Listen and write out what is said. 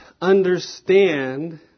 understand